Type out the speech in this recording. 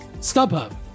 StubHub